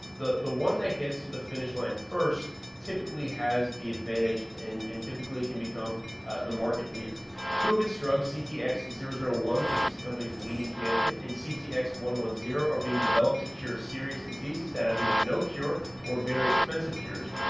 the, the one that gets to the finish line first typically has the advantage. and, and typically it can become the market leader to have its drug ctx zeros or a one, which is the company's leading candidate. and ctx one hundred zero are being developed to cure serious diseases that have either no cure or very expensive cures.